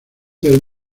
del